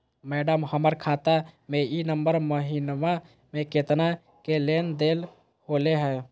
madam, हमर खाता में ई नवंबर महीनमा में केतना के लेन देन होले है